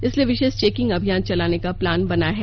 इसलिए विशेष चेकिंग अभियान चलाने का प्लान बना है